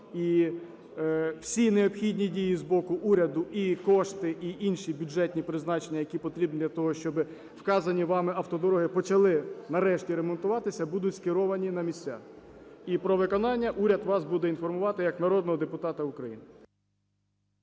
І всі необхідні дії з боку уряду: і кошти, і інші бюджетні призначення, які потрібні для того, щоб вказані вами автодороги почали нарешті ремонтуватися, - будуть скеровані на місця. І про виконання уряд вас буде інформувати як народного депутата України.